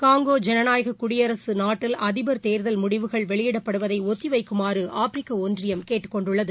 Congo ஜனநாயக குடியரசு நாட்டில் அதிபா் தேர்தல் முடிவுகள் வெளியிடப்படுவதை ஒத்தி வைக்குமாறு ஆப்ரிக்க ஒன்றியம் கேட்டுக் கொண்டுள்ளது